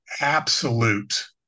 absolute